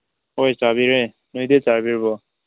ꯍꯣꯏ ꯆꯥꯕꯤꯔꯦ ꯅꯣꯏꯗꯤ ꯆꯥꯕꯤꯔꯕꯣ